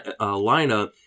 lineup